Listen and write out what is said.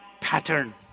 pattern